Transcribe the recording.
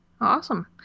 Awesome